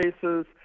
cases